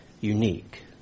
unique